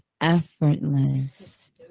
effortless